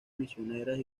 misioneras